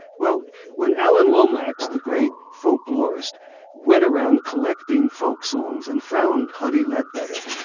well when alan lomax, the great folklorist went around collecting folk songs and found huddie leadbetter,